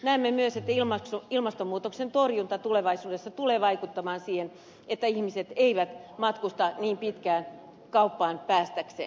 näemme myös että ilmastonmuutoksen torjunta tulevaisuudessa tulee vaikuttamaan siihen että ihmiset eivät matkusta niin pitkään kauppaan päästäkseen